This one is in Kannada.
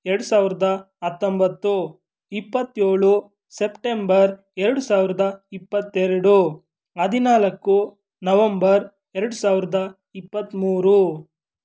ಎರಡು ಸಾವಿರದ ಹತ್ತೊಂಬತ್ತು ಇಪ್ಪತ್ತೇಳು ಸೆಪ್ಟೆಂಬರ್ ಎರಡು ಸಾವಿರದ ಇಪ್ಪತ್ತೆರಡು ಹದಿನಾಲ್ಕು ನವೆಂಬರ್ ಎರಡು ಸಾವಿರದ ಇಪ್ಪತ್ತ್ಮೂರು